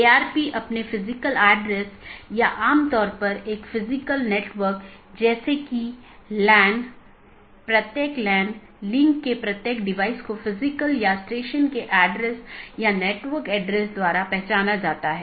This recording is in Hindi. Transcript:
यदि स्रोत या गंतव्य में रहता है तो उस विशेष BGP सत्र के लिए ट्रैफ़िक को हम एक स्थानीय ट्रैफ़िक कहते हैं